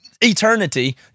eternity